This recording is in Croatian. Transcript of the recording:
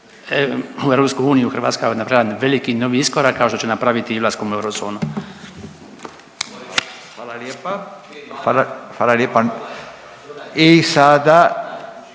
Hrvatska napravila veliki i novi iskoraka kao što će napraviti i ulaskom u eurozonu.